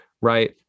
right